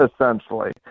Essentially